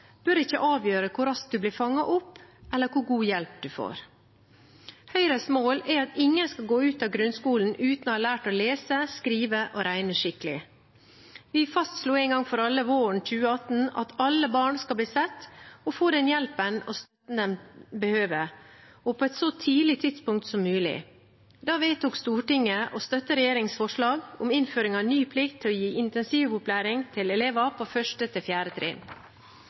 bør ikke avgjøre hvor raskt man blir fanget opp, eller hvor god hjelp man får. Høyres mål er at ingen skal gå ut av grunnskolen uten å ha lært å lese, skrive og regne skikkelig. Vi fastslo en gang for alle våren 2018 at alle barn skal bli sett og få den hjelpen og støtten de behøver, og på et så tidlig tidspunkt som mulig. Da vedtok Stortinget å støtte regjeringens forslag om innføring av ny plikt til å gi intensivopplæring til elever på